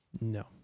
No